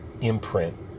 imprint